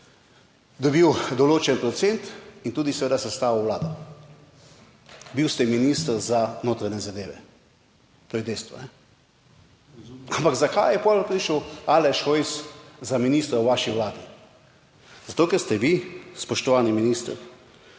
dobil določen procent in tudi seveda sestavil vlado. Bil ste minister za notranje zadeve. To je dejstvo. Ampak zakaj je potem prišel Aleš Hojs za ministra v vaši vladi? Zato, ker ste vi, spoštovani minister,